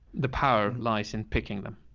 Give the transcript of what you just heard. the power lies in picking them.